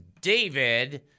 David